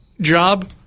job